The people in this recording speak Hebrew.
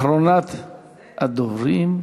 אחרונת הדוברים.